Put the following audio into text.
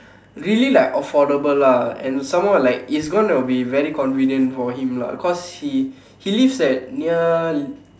really like affordable lah and some more like it's going to be very convenient for him lah cause he he lives at near